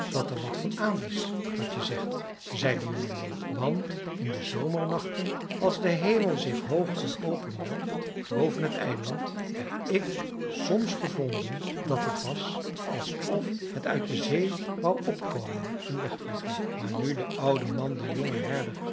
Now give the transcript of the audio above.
dat er wat van aan is wat je zegt zei de jonge man want in de zomernachten als de hemel zich hoog en open welft boven het eiland heb ik soms gevonden dat het was alsof het uit de zee wou opkomen en wegvliegen maar nu de oude man den jongen herder